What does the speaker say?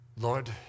Lord